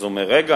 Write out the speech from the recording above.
אז הוא אומר: רגע,